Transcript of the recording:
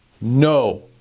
No